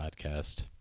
podcast